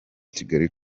kigali